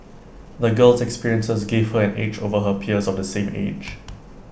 the girl's experiences gave her an edge over her peers of the same age